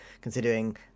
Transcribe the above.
considering